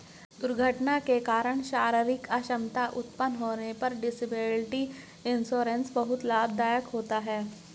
दुर्घटना के कारण शारीरिक अक्षमता उत्पन्न होने पर डिसेबिलिटी इंश्योरेंस बहुत लाभदायक होता है